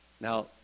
Now